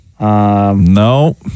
No